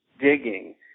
digging